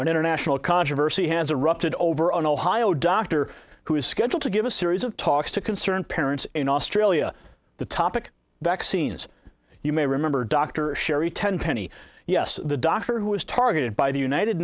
international controversy has erupted over an ohio doctor who was scheduled to give a series of talks to concerned parents in australia the topic of vaccines you may remember dr sherry tenpenny yes the doctor who was targeted by the united